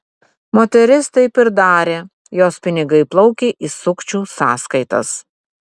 moteris taip ir darė jos pinigai plaukė į sukčių sąskaitas